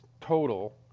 total